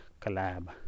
Collab